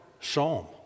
psalm